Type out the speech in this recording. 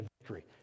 victory